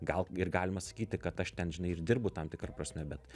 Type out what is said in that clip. gal ir galima sakyti kad aš ten žinai ir dirbu tam tikra prasme bet